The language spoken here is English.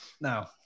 now